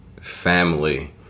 family